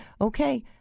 okay